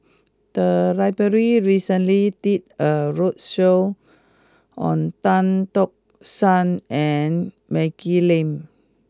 the library recently did a roadshow on Tan Tock San and Maggie Lim